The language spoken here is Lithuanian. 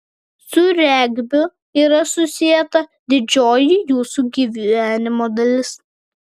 su regbiu yra susieta didžioji jūsų gyvenimo dalis